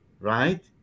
right